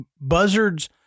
buzzards